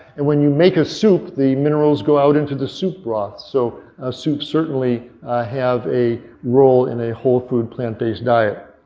and when you make a soup the minerals go out into the soup broth. so ah soup certainly have a role in a whole food plant based diet.